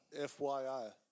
FYI